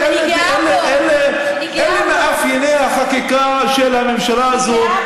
אני גאה בזה שהצלחתי להעביר את זה.